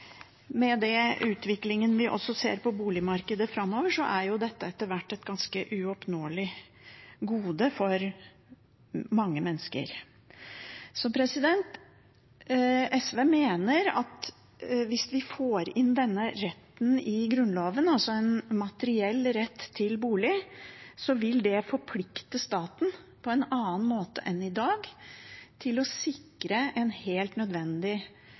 Med den utviklingen vi også ser på boligmarkedet framover, er dette etter hvert et ganske uoppnåelig gode for mange mennesker. SV mener at hvis vi får inn denne retten i Grunnloven, altså en materiell rett til bolig, vil det forplikte staten på en annen måte enn i dag til å sikre en helt nødvendig